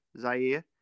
Zaire